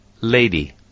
lady